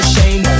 Shame